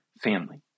family